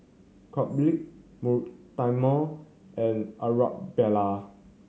Caleb Mortimer and Arabella